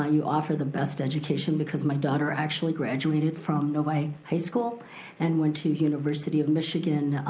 ah you offer the best education because my daughter actually graduated from novi high school and went to university of michigan